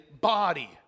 body